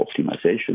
optimization